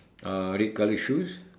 uh red colour shoes